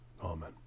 Amen